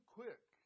quick